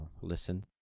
listen